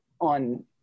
on